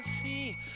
see